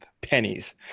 pennies